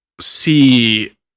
see